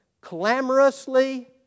clamorously